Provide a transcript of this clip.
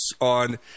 on